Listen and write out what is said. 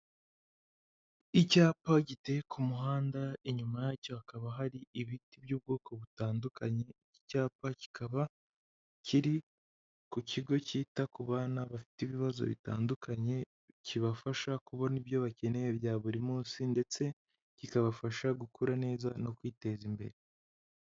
Icyapa giteye ku muhanda, inyuma yacyo hakaba hari ibiti by'ubwoko butandukanye, icyapa kikaba kiri ku kigo kita ku bana bafite ibibazo bitandukanye, kibafasha kubona ibyo bakeneye bya buri munsi ndetse kikabafasha gukura neza no kwiteza imbere.